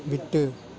விட்டு